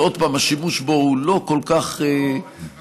השימוש בו לא כל כך דרמטי,